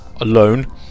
alone